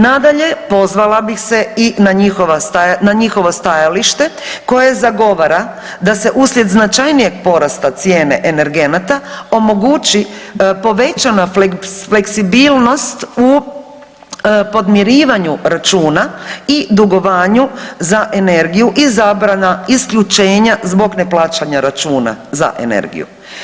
Nadalje, pozvala bih se i na njihovo stajalište koje zagovara da se uslijed značajnijeg porasta cijene energenata omogući povećana fleksibilnost u podmirivanju računa i dugovanju za energiju i zabrana isključenja zbog neplaćanja računa za energiju.